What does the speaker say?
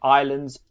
islands